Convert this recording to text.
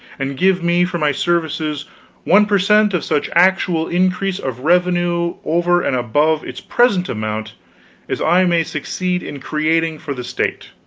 and give me for my services one per cent of such actual increase of revenue over and above its present amount as i may succeed in creating for the state.